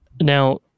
Now